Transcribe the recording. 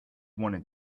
wanted